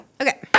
Okay